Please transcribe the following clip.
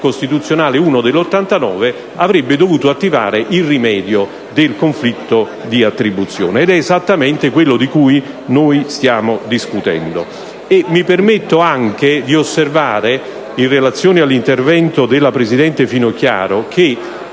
costituzionale n. 1 del 1989, avrebbe dovuto attivare il rimedio del conflitto di attribuzione. Ed è esattamente ciò di cui stiamo discutendo. Mi permetto anche di osservare, in relazione all'intervento della presidente Finocchiaro, che